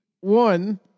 one